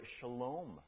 shalom